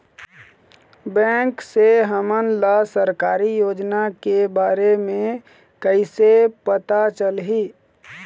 Bank से हमन ला सरकारी योजना के बारे मे कैसे पता चलही?